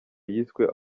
yiswe